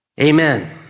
Amen